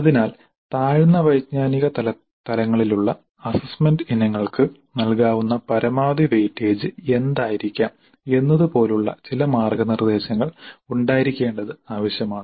അതിനാൽ താഴ്ന്ന വൈജ്ഞാനിക തലങ്ങളിലുള്ള അസ്സസ്സ്മെന്റ് ഇനങ്ങൾക്ക് നൽകാവുന്ന പരമാവധി വെയിറ്റേജ് എന്തായിരിക്കാം എന്നതുപോലുള്ള ചില മാർഗ്ഗനിർദ്ദേശങ്ങൾ ഉണ്ടായിരിക്കേണ്ടത് ആവശ്യമാണ്